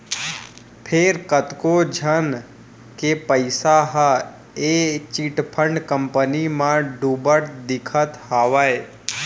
फेर कतको झन के पइसा ह ए चिटफंड कंपनी म डुबत दिखत हावय